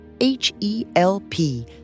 H-E-L-P